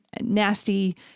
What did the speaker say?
nasty